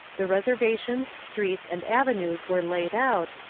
the reservations, streets, and avenues were laid out,